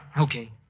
okay